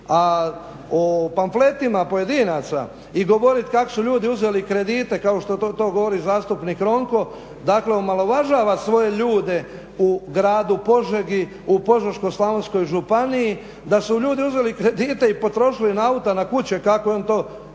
a o pametima pojedinaca i govoriti kako su ljudi uzeli kredite kao što to govori zastupnik Ronko, dakle omalovažava svoje ljude u gradu Požegi, u Požeško-slavonskoj županiji da su ljudi uzeli kredite i potrošili na aute, na kuće, kako je on to, da